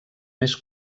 més